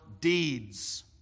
deeds